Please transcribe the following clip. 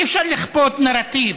אי-אפשר לכפות נרטיב.